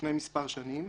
לפני מספר שנים,